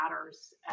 matters